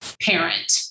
parent